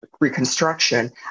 reconstruction